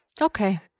Okay